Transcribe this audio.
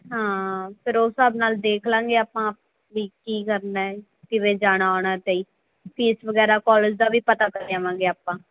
ਹਾਂ ਫਿਰ ਉਹ ਹਿਸਾਬ ਨਾਲ ਦੇਖ ਲਾਂਗੇ ਆਪਾਂ ਵੀ ਕੀ ਕਰਨਾ ਕਿਵੇਂ ਜਾਣਾ ਆਉਣਾ ਸਹੀ ਫੀਸ ਵਗੈਰਾ ਕਾਲਜ ਦਾ ਵੀ ਪਤਾ ਕਰੇ ਆਵਾਂਗੇ ਆਪਾਂ